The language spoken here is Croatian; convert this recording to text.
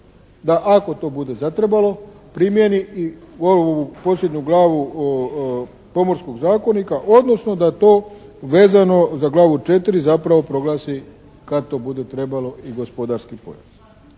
da ako to bude zatrebalo primjeni i posljednju glavu Pomorskog zakonika, odnosno da to vezano za glavu 4. zapravo proglasi kad to bude trebalo i gospodarski pojas.